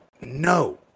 no